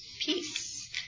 Peace